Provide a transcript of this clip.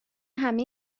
همه